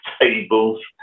tables